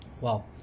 Wow